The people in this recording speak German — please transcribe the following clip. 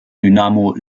dynamo